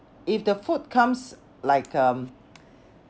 if the food comes like um